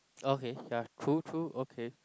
okay yeah cool cool okay